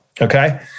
okay